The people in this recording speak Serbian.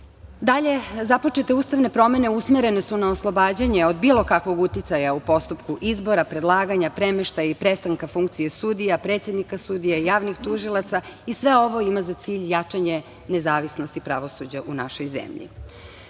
započete ustavne promene usmerene su na oslobađanje od bilo kakvog uticaja u postupku izbora, predlaganja, premeštaja i prestanka funkcije sudija, predsednika sudija, javnih tužilaca. Sve ovo ima za cilj jačanje nezavisnosti pravosuđa u našoj zemlji. Drugi